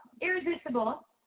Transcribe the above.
irresistible